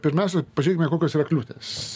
pirmiausia pažiūrėkime kokios yra kliūtys